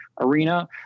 arena